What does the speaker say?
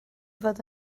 fod